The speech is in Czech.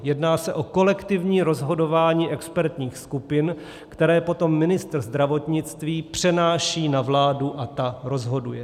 Jedná se o kolektivní rozhodování expertních skupin, které potom ministr zdravotnictví přenáší na vládu, a ta rozhoduje.